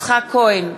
יצחק כהן,